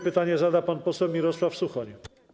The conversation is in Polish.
Pytanie zada pan poseł Mirosław Suchoń.